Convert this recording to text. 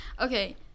Okay